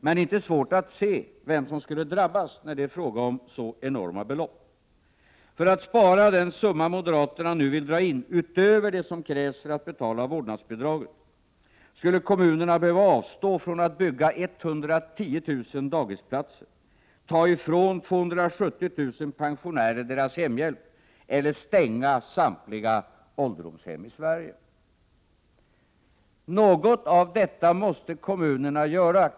Men det är inte svårt att se vem som skulle drabbas när det är fråga om så enorma belopp. För att spara den summa som moderaterna nu vill dra in, utöver det som krävs för att betala vårdnadsbidraget, skulle kommunerna behöva avstå från att bygga 110 000 dagisplatser, ta ifrån 270 000 pensionärer deras hemhjälp eller stänga samtliga ålderdomshem i Sverige. Något av detta måste kommunerna göra.